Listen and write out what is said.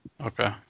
Okay